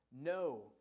No